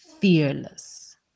fearless